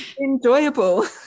enjoyable